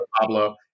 Pablo